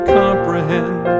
comprehend